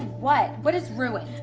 what, what is ruined?